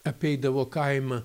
apeidavo kaimą